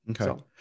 Okay